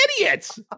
idiots